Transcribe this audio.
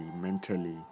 mentally